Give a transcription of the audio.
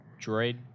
droid